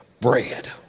bread